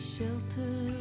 Shelter